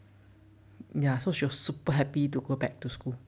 ya so she was super happy to go back to school